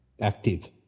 active